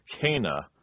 Cana